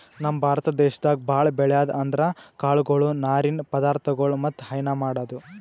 ನಮ್ ಭಾರತ ದೇಶದಾಗ್ ಭಾಳ್ ಬೆಳ್ಯಾದ್ ಅಂದ್ರ ಕಾಳ್ಗೊಳು ನಾರಿನ್ ಪದಾರ್ಥಗೊಳ್ ಮತ್ತ್ ಹೈನಾ ಮಾಡದು